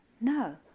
No